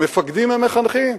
המפקדים הם המחנכים.